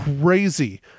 crazy